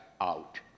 out